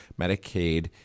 Medicaid